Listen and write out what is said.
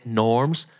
norms